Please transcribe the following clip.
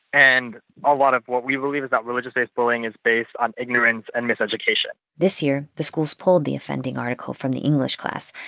and a lot of what we believe is that religious-based bullying is based on ignorance and miseducation this year, the school's pulled the offending article from the english class.